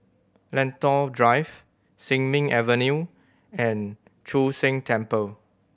Lentor Drive Sin Ming Avenue and Chu Sheng Temple